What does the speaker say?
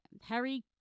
harry